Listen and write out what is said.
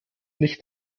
nicht